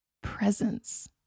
presence